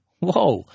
Whoa